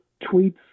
tweets